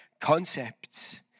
concepts